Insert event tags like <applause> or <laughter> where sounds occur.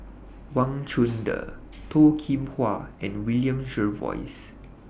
<noise> Wang Chunde Toh Kim Hwa and William Jervois